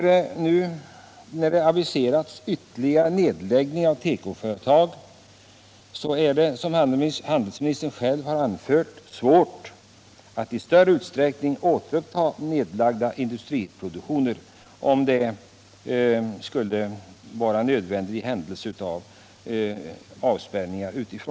Det har nu aviserats ytterligare nedläggningar av tekoföretag, och det är som handelsministern själv har anfört svårt att i större utsträckning återuppta nedlagd industriproduktion om det skulle vara nödvändigt i händelse av avspärrning.